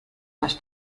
más